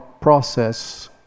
process